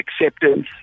acceptance